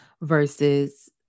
versus